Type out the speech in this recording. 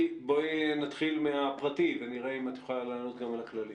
בואי נתחיל מהפרטי ונראה אם את יכולה לענות גם על הכללי.